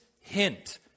hint